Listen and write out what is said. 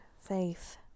faith